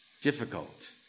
difficult